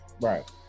Right